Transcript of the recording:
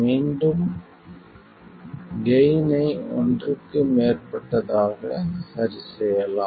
மீண்டும் கெய்ன் ஐ ஒன்றுக்கு மேற்பட்டதாக சரிசெய்யலாம்